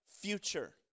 Future